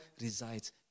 resides